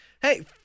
Hey